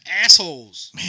assholes